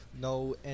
no